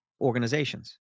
organizations